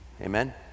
Amen